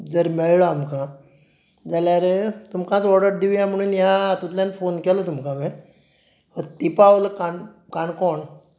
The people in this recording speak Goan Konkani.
जर मेळ्ळो आमकां जाल्यार तुमकाच ऑडर दिवया म्हणून ह्या हातुंतल्यान फोन केलो तुमकां हांवें हत्तीपावल काण काणकोण